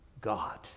God